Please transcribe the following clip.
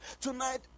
Tonight